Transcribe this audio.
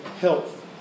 health